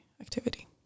activity